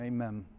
Amen